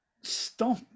stop